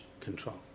control